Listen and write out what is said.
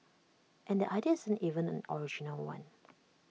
and the idea isn't even an original one